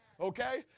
Okay